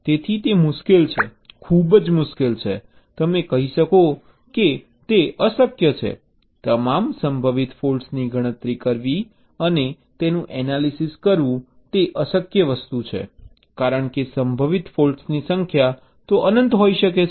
તેથી તે મુશ્કેલ છે ખુબજ મુશ્કેલ છે તમે કહી શકો કે તે અશક્ય છે તમામ સંભવિત ફૉલ્ટ્સની ગણતરી કરવી અને તેનું એનાલિસિસ કરવું અશક્ય છે કારણ કે સંભવિત ફૉલ્ટ્સની સંખ્યા અનંત હોઈ શકે છે